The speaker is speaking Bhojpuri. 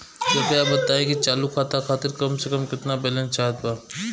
कृपया बताई कि चालू खाता खातिर कम से कम केतना बैलैंस चाहत बा